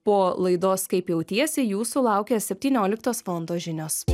po laidos kaip jautiesi jūsų laukia septynioliktos valandos žinios